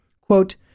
Quote